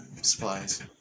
supplies